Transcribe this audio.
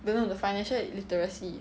don't know the financial literacy